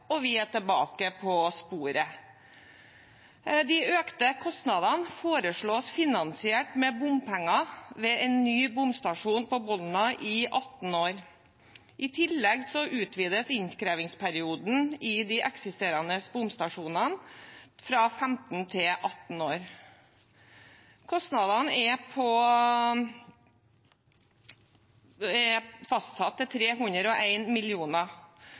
og vi er tilbake på sporet. De økte kostnadene foreslås finansiert med bompenger ved en ny bomstasjon på Bolna i 18 år. I tillegg utvides innkrevingsperioden ved de eksisterende bomstasjonene fra 15 til 18 år. Kostnadene er fastsatt til 301 mill. kr. Det er